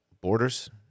borders